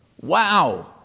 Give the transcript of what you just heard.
wow